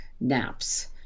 naps